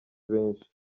benshi